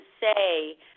say